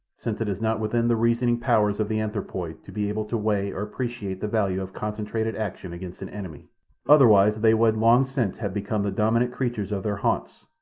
since it is not within the reasoning powers of the anthropoid to be able to weigh or appreciate the value of concentrated action against an enemy otherwise they would long since have become the dominant creatures of their haunts,